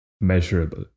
measurable